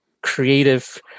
creative